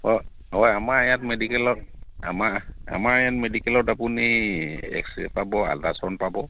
অঁ হয় আমাৰ ইয়াত মেডিকেলত আমাৰ আমাৰ ইয়াত মেডিকেলত আপুনি এক্সৰে পাব আল্ট্ৰাচাউণ্ড পাব